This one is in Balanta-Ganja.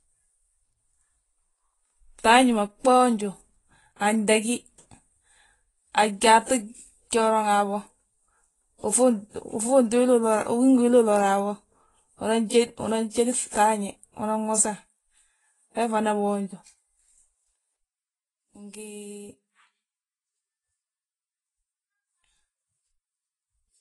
Gŧafñi ma gboonju a gdagí, a gyaaŧi gjooraŋ habo. Ufuuŋti, ugí ngi wili ulori habo, unan jéd, unan jédi fŧafñe unan wosa, we fana boonju ngi.